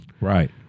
Right